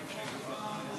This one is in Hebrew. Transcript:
(תיקון מס'